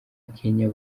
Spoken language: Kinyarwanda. kenya